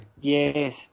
Yes